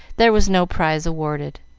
there was no prize awarded.